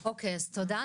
תודה.